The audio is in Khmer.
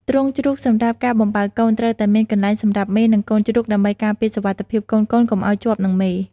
ទ្រុងជ្រូកសម្រាប់ការបំបៅកូន ត្រូវតែមានកន្លែងសម្រាប់មេ និងកូនជ្រូកដើម្បីការពារសុវត្ថិភាពកូនៗកុំឲ្យជាប់នឹងមេ។